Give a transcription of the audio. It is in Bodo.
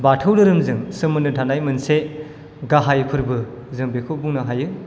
बाथौ धाेरोमजों सोमोन्दो थानाय मोनसे गाहाय फोरबो जों बेखौ बुंनो हायो